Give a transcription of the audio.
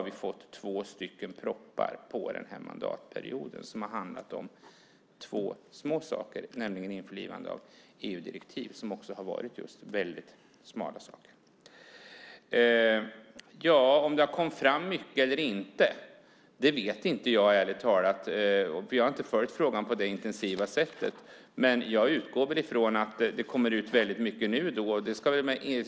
Dessa två propositioner har handlat om två små saker, nämligen införlivande av EU-direktiv, och det har också gällt väldigt smala saker. Om det kom fram mycket eller inte vet jag ärligt talat inte. Jag har inte följt frågan på det intensiva sättet. Men jag utgår ifrån att det kommer ut väldigt mycket nu, då.